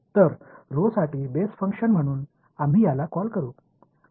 तर ऱ्होसाठी base function म्हणून आम्ही याला कॉल करू